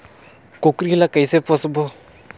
कूकरी ला कइसे पोसबो?